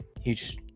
Huge